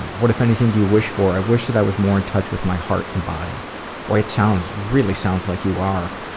what, if anything, do you wish for? i wish that i was more in touch with my heart and body boy, it sounds really sounds like you are.